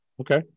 Okay